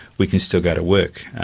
we can still go to work.